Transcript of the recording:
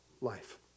life